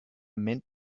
meant